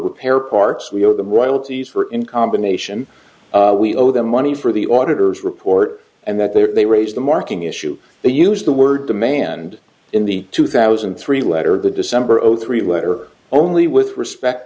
repair parts we owe them royalties for in combination we owe them money for the auditor's report and that there they raise the marking issue they use the word demand in the two thousand and three letter the december zero three letter only with respect